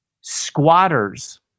Squatters